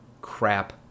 crap